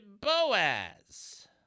Boaz